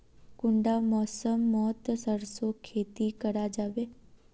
कुंडा मौसम मोत सरसों खेती करा जाबे?